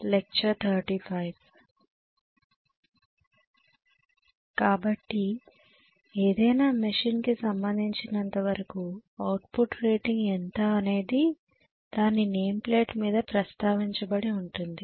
కాబట్టి ఏదైనా మెషిన్ కి సంబంధించినంతవరకు అవుట్పుట్ రేటింగ్ ఎంత అనేది దాని నేమ్ ప్లేట్ మీద ప్రస్తావించబడి ఉంటుంది